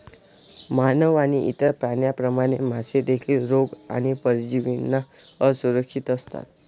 मानव आणि इतर प्राण्यांप्रमाणे, मासे देखील रोग आणि परजीवींना असुरक्षित असतात